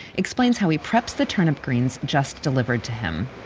explains how he preps the turnip greens just delivered to him.